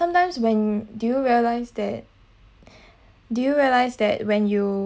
sometimes when do you realize that do you realize that when you